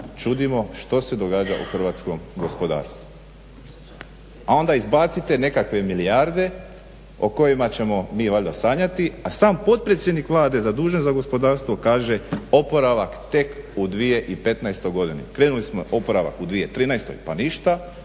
čudimo što se događa u hrvatskom gospodarstvu. A onda izbacite nekakve milijarde o kojima ćemo mi valjda sanjati, a sam potpredsjednik Vlade zadužen za gospodarstvo kaže oporavak tek u 2015. godini. Krenuli smo na oporavak u 2013. pa ništa,